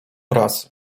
raz